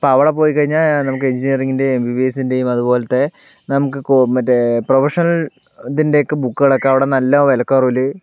അപ്പോൾ അവിടെ പോയി കഴിഞ്ഞാൽ നമുക്ക് എൻജിനീയറിങ്ങിൻ്റെയും എം ബി ബി എസിൻ്റെയും അതുപോലത്തെ നമുക്ക് മറ്റേ പ്രൊഫഷണൽ ഇതിൻ്റെയൊക്കെ ബുക്കുകളൊക്കെ അവിടെ നല്ല വിലക്കുറവിൽ